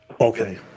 Okay